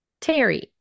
Terry